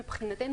מבחינתנו,